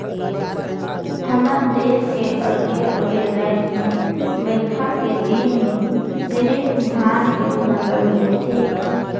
हमर देस के अलगे अलगे रायज में बईरखा के दिन में सिरिफ धान के फसल ले थें